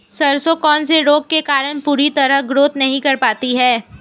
सरसों कौन से रोग के कारण पूरी तरह ग्रोथ नहीं कर पाती है?